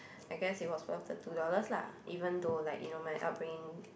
I guessed it was worth the two dollars lah even though like you know my upbringing